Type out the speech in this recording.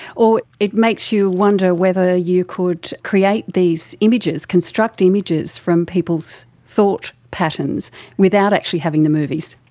or it makes you wonder whether you could create these images, construct images from people's thought patterns without actually having the movies,